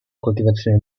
coltivazione